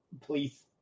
Please